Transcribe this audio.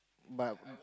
but